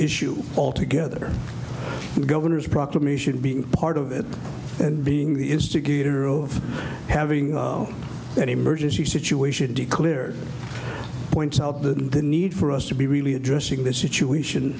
issue altogether governor's proclamation being part of it and being the instigator of having that emergency situation to clear points out the need for us to be really addressing this situation